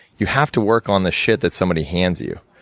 you have to work on the shit that somebody hands you.